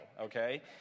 okay